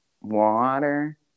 water